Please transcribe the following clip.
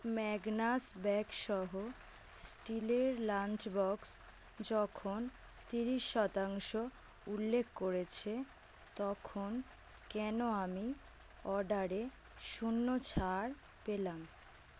Magnus bag সহ স্টিলের lunch box যখন তিরিশ শতাংশ উল্লেখ করেছে তখন কেন আমি অর্ডারে শূন্য ছাড় পেলাম